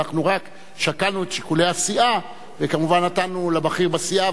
אנחנו רק שקלנו את שיקולי הסיעה וכמובן נתנו לבכיר בסיעה,